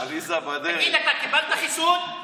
תגיד, אתה קיבלת חיסון?